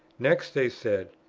next they said,